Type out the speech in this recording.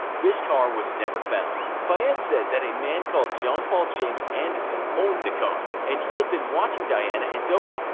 this car was never found. fayed said that a man called jean-paul james andanson owned the car, and he had been watching diana and dodi.